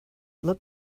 look